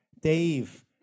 Dave